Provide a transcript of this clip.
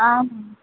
ma'am